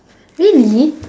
really